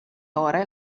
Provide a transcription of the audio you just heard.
ore